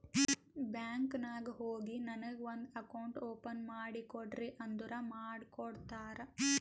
bank ನಾಗ್ ಹೋಗಿ ನನಗ ಒಂದ್ ಅಕೌಂಟ್ ಓಪನ್ ಮಾಡಿ ಕೊಡ್ರಿ ಅಂದುರ್ ಮಾಡ್ಕೊಡ್ತಾರ್